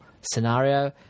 scenario